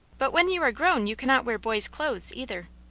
but when you are grown you cannot wear boys' clothing, either.